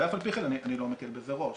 ואף על פי כן אני לא מקל בזה ראש.